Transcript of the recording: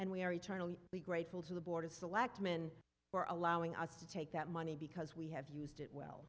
and we are eternally grateful to the board of selectmen for allowing us to take that money because we have used it